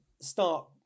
start